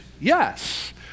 yes